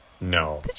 No